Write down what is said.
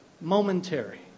momentary